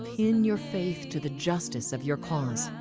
pin your faith to the justice of your cause.